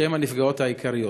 שהן הנפגעות העיקריות,